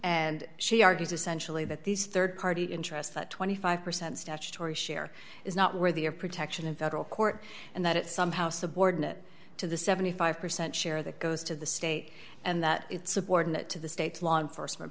and she argues essentially that these rd party interests that twenty five percent statutory share is not worthy of protection in federal court and that it somehow subordinate to the seventy five percent share that goes to the state and that it's subordinate to the state's law enforcement